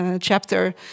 chapter